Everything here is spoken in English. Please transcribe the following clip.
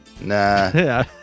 Nah